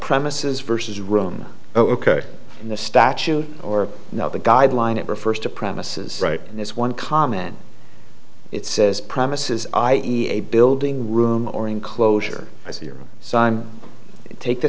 premises versus room ok in the statute or now the guideline it refers to premises right in this one comment it says premises i e a building room or enclosure i see your sign take th